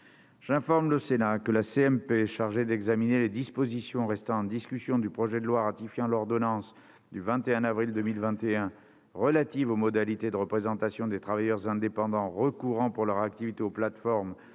J'informe le Sénat que la commission mixte paritaire chargée d'examiner les dispositions restant en discussion du projet de loi ratifiant l'ordonnance n° 2021-484 du 21 avril 2021 relative aux modalités de représentation des travailleurs indépendants recourant pour leur activité aux plateformes